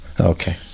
okay